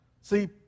See